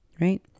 right